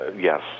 yes